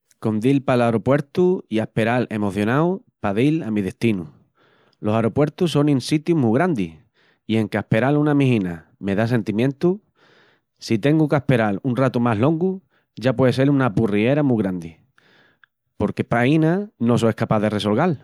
Con dil pal aropuertu i asperal emocionáu pa dil al mi destinu. Los aropuertus sonin sitius mu grandis i enque asperal una mijina me da sentimientu, si tengu qu'asperal un ratu más longu ya pué sel una aburriera mu grandi, porque p'aina no so escapás de resolgal.